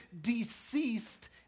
deceased